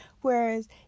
whereas